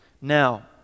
Now